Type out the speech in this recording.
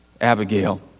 Abigail